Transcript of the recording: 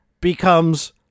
becomes